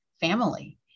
family